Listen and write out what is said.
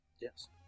Yes